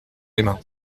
mesmin